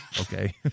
Okay